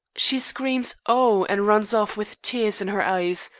she screams oh! and runs off with tears in her eyes.